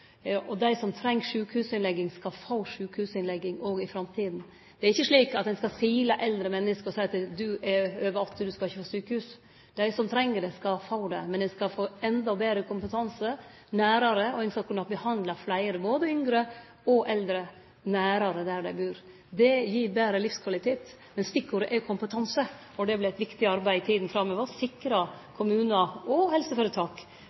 kompetanse. Dei som treng sjukehusinnlegging, skal få sjukehusinnlegging òg i framtida. Det er ikkje slik at ein skal sile blant eldre menneske og seie at når ein er over 80 år, skal ein ikkje få sjukehusplass. Dei som treng det, skal få det, men ein skal få endå betre kompetanse nærare, og ein skal kunne behandle fleire, både yngre og eldre, nærare der dei bur. Det gir betre livskvalitet. Men stikkordet er kompetanse. Det vert eit viktig arbeid i tida framover å sikre kommunar og helseføretak